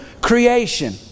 creation